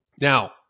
Now